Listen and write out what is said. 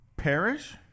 perish